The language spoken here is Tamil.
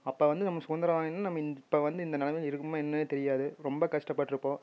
அப்போ வந்து நமக்கு சுதந்திரம் நம்ம இன் இப்போ வந்து இந்த நிலமையில இருக்கோமா என்னென்னே தெரியாது ரொம்ப கஷ்டப்பட்ருப்போம்